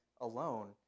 alone